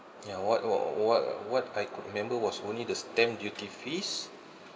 ya what what what what I could remember was only the stamp duty fees